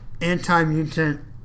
anti-mutant